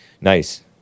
Nice